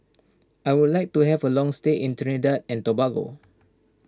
I would like to have a long stay in Trinidad and Tobago